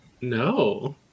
No